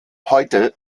heute